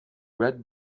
red